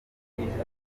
bandikiye